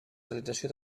realització